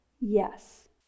yes